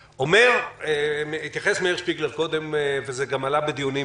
מאיר שפיגלר התייחס קודם וזה גם עלה בדיונים